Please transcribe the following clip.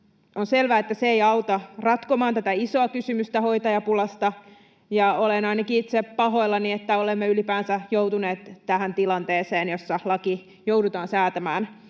On selvää, että se ei auta ratkomaan tätä isoa kysymystä hoitajapulasta, ja olen ainakin itse pahoillani, että olemme ylipäänsä joutuneet tähän tilanteeseen, jossa laki joudutaan säätämään.